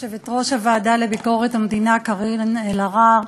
יושבת-ראש הוועדה לביקורת המדינה קארין אלהרר,